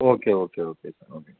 okay okay okay sir okay